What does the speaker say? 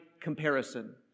comparison